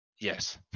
Yes